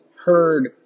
heard